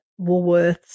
Woolworths